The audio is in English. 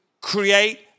create